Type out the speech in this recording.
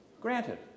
Granted